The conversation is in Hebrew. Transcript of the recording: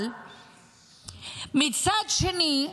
מצד שני,